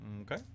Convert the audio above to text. okay